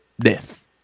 death